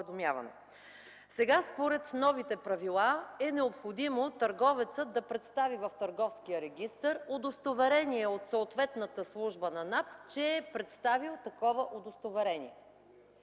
Сега, според новите правила, е необходимо търговецът да представи в Търговския регистър удостоверение от съответната служба на НАП, че е представител такова уведомление.